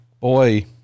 boy